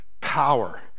power